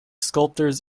sculptors